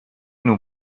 nous